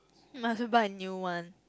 might as well buy a new one